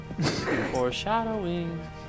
Foreshadowing